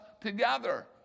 together